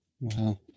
Wow